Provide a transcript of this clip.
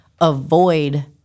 avoid